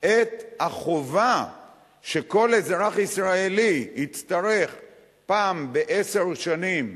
את החובה שכל אזרח ישראלי יצטרך פעם בעשר שנים,